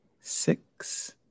six